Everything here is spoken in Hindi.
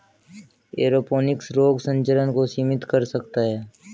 एरोपोनिक्स रोग संचरण को सीमित कर सकता है